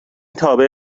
تابع